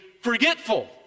forgetful